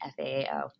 FAAO